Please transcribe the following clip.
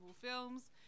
films